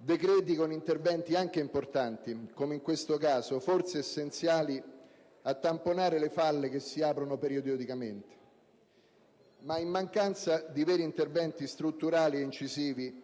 decreti con interventi anche importanti, come in questo caso, forse essenziali a tamponare le falle che si aprono periodicamente. In mancanza però di veri interventi strutturali e incisivi,